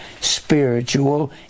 spiritual